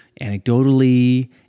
anecdotally